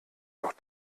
noch